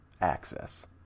access